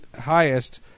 highest